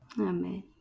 amen